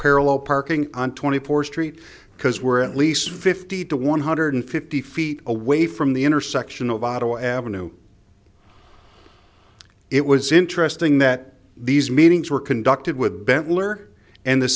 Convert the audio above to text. parallel parking on twenty fourth street because we're at least fifty to one hundred fifty feet away from the intersection of otto avenue it was interesting that these meetings were conducted with bent lawyer and the